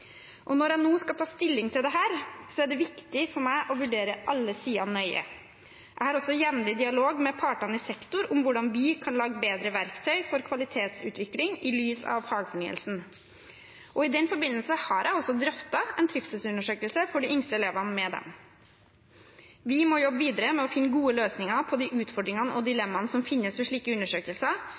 Når jeg skal ta stilling til dette, er det viktig for meg å vurdere alle sider nøye. Jeg har også jevnlig dialog med partene i sektoren om hvordan vi kan lage bedre verktøy for kvalitetsutvikling i lys av fagfornyelsen. I den forbindelse har jeg også drøftet en trivselsundersøkelse for de yngste elevene med dem. Vi må jobbe videre med å finne gode løsninger på de utfordringene og dilemmaene som finnes ved slike undersøkelser,